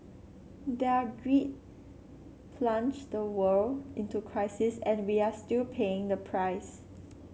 their greed plunged the world into crisis and we are still paying the price